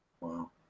Wow